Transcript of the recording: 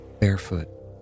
Barefoot